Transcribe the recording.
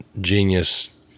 genius